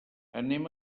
anem